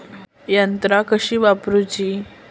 यंत्रा कशी वापरूची?